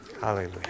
Hallelujah